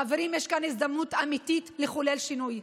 חברים, יש כאן הזדמנות אמיתית לחולל שינוי.